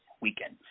weekend